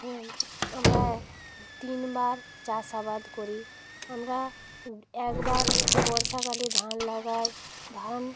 হ্যাঁ আমরা তিনবার চাষাবাদ করি আমরা একবার বর্ষাকালে ধান লাগাই ধান